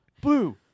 blue